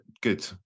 good